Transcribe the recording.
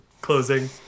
Closing